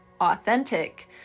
authentic